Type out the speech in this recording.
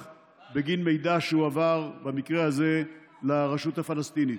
בגין מידע שהועבר במקרה הזה לרשות הפלסטינית.